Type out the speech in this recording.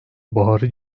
baharı